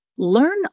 Learn